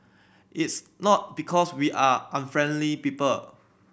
it's not because we are unfriendly people